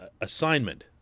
assignment